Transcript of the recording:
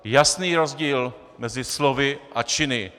Jasný rozdíl mezi slovy a činy.